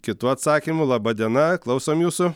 kitų atsakymų laba diena klausom jūsų